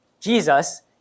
Jesus